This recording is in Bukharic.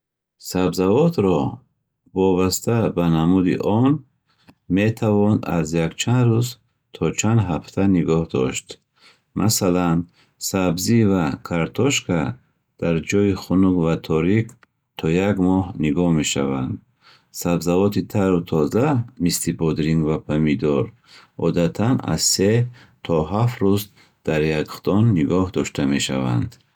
Сабзавотро вобаста ба намуди он метавон аз якчанд рӯз то чанд ҳафта нигоҳ дошт. Масалан, сабзӣ ва картошка дар ҷои хунук ва торик то як моҳ нигоҳ мешаванд. Сабзавоти тару тоза, мисли бодиринг ва помидор, одатан аз се то ҳафт рӯз дар яхдон нигоҳ дошта мешаванд.